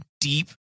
deep